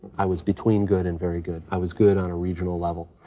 i was between good and very good. i was good on a regional level.